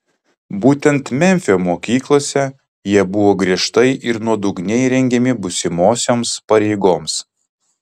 būtent memfio mokyklose jie buvo griežtai ir nuodugniai rengiami būsimosioms pareigoms